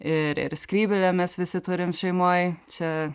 ir ir skrybėlę mes visi turim šeimoj čia